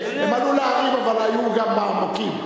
הם עלו להרים, אבל היו גם בעמקים.